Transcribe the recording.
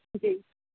جی